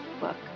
book